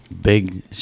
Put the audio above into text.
big